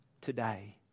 Today